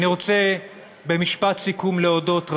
אני רוצה במשפט סיכום להודות,